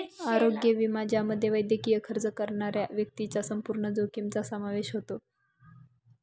आरोग्य विमा ज्यामध्ये वैद्यकीय खर्च करणाऱ्या व्यक्तीच्या संपूर्ण जोखमीचा समावेश होतो